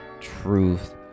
truth